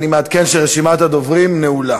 אני מעדכן שרשימת הדוברים נעולה.